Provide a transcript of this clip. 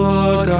Lord